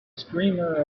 streamer